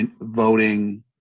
voting